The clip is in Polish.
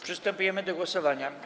Przystępujemy do głosowania.